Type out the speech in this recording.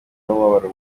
n’umubabaro